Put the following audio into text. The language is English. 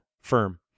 firm